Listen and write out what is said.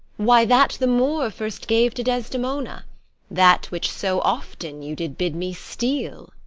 why, that the moor first gave to desdemona that which so often you did bid me steal.